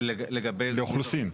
לאוכלוסין.